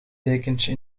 dekentje